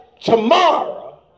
tomorrow